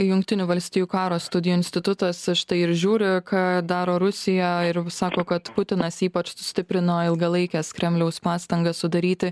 jungtinių valstijų karo studijų institutas štai ir žiūri ką daro rusija ir sako kad putinas ypač sustiprino ilgalaikes kremliaus pastangas sudaryti